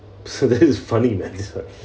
so that is funny in at this